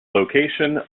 location